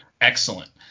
Excellent